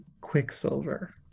quicksilver